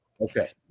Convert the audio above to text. Okay